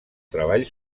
treball